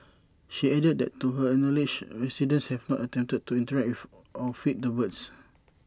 she added that to her knowledge residents have not attempted to interact with or feed the birds